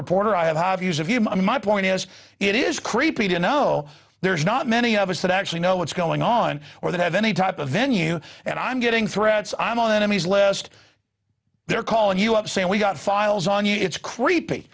reporter i have high views of you my point is it is creepy to know there's not many of us that actually know what's going on or that have any type of venue and i'm getting threats i'm on the enemies list they're calling you up saying we've got files on you it's creepy